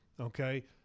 okay